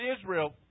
Israel